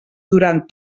durant